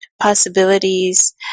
possibilities